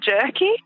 jerky